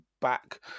back